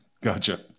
Gotcha